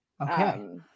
Okay